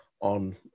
on